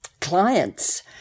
clients